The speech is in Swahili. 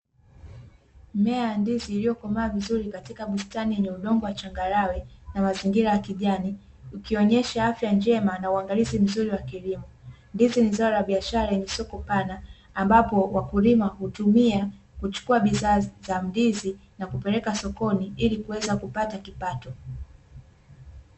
Mmea wa ndizi iliyokomaa vizuri katika bustani ya udongo wa changarawe na mazingira ya kijani ikionyesha afya njema na uangalizi nzuri wa kilimo. Ndizi ni zao la biashara lenye soko pana ambapo wakulima hutumia kuchukua bidhaa za ndizi na kupeleka sokoni ili kuweza kupata kipato.